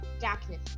darkness